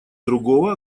другого